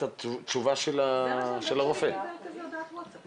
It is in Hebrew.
לא רק זה,